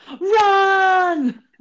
run